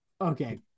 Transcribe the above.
Okay